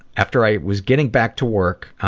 after i was getting back to work,